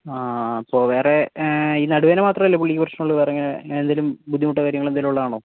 ആ അപ്പോൾ വേറെ ഈ നടുവേദന മാത്രമല്ലേ പുള്ളിക്ക് പ്രശ്നമുള്ളൂ വേറെ ഇങ്ങനെ എന്തേലും ബുദ്ധിമുട്ടോ കാര്യങ്ങളെന്തേലും ഉള്ളതാണോ